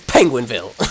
Penguinville